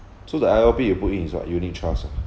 so the I_L_P you put in is what unit trust ah